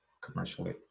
commercially